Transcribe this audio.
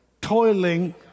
toiling